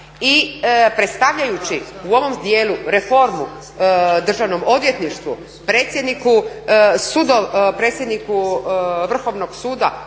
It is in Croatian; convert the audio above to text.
i predstavljajući u ovom dijelu reformu državnom odvjetništvu, predsjedniku Vrhovnog suda